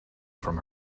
from